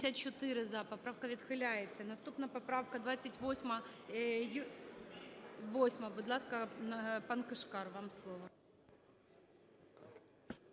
За-84 Поправка відхиляється. Наступна поправка – 28-а… 8-а. Будь ласка, Пан Кишкар, вам слово.